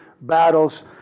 battles